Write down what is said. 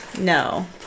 No